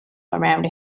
around